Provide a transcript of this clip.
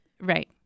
Right